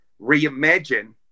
reimagine